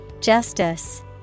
Justice